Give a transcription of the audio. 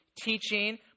teaching